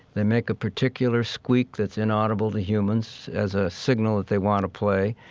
they make a particular squeak, that's inaudible to humans, as a signal that they want to play.